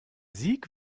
sieg